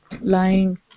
lying